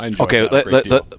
Okay